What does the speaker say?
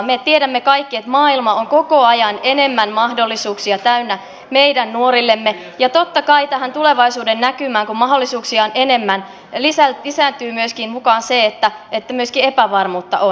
me tiedämme kaikki että maailma on koko ajan enemmän mahdollisuuksia täynnä meidän nuorillemme ja totta kai tässä tulevaisuuden näkymässä kun mahdollisuuksia on enemmän lisääntyy myöskin se että epävarmuutta on